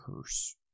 curse